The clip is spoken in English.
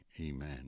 amen